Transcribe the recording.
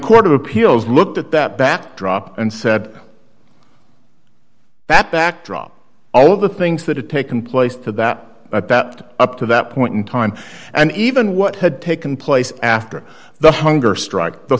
court of appeals looked at that backdrop and said that backdrop all the things that had taken place to that about up to that point in time and even what had taken place after the hunger strike the